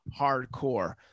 hardcore